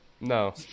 No